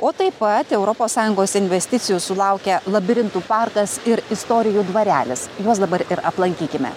o taip pat europos sąjungos investicijų sulaukė labirintų parkas ir istorijų dvarelis juos dabar ir aplankykime